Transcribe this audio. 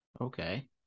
Okay